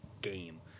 game